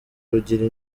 rugira